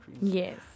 yes